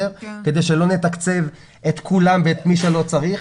כדי שלא נתקצב את כולם ואת מי שלא צריך.